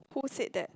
who said that